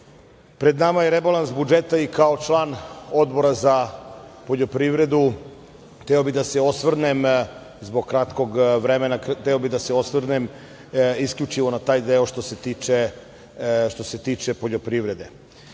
pred nama je rebalans budžeta i kao član Odbora za poljoprivredu hteo bih da se osvrnem zbog kratkog vremena isključivo na taj deo što se tiče poljoprivrede. Sama